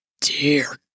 dear